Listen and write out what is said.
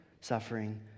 suffering